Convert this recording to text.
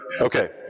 okay